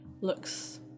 looks